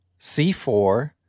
C4